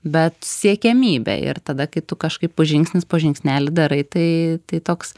bet siekiamybė ir tada kai tu kažkaip po žingsnis po žingsnelį darai tai tai toks